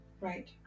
Right